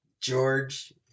George